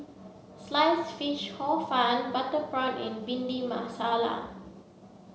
Sliced Fish Hor Fun Butter Prawn and Bhindi Masala